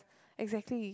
exactly